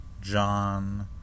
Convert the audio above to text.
John